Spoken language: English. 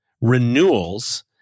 renewals